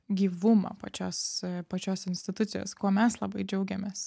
gyvumą pačios pačios institucijos kuo mes labai džiaugiamės